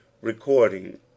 Recording